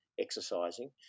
exercising